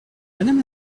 madame